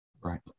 right